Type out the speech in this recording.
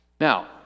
Now